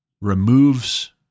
removes